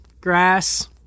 Grass